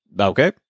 Okay